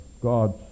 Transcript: God's